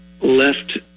left